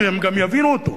כי הם גם יבינו אותו.